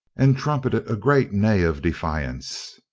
and trumpeted a great neigh of defiance.